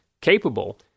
capable